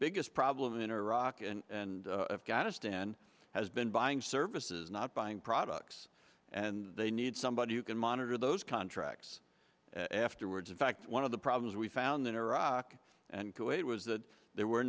the problem in iraq and afghanistan has been buying services not buying products and they need somebody who can monitor those contracts afterwards in fact one of the problems we found in iraq and kuwait was that there were